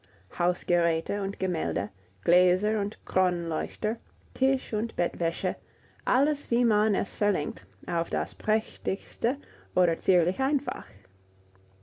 hausgeräte und gemälde gläser und kronleuchter tisch und bettwäsche alles wie man es verlangt auf das prächtigste oder zierlich einfach